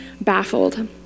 baffled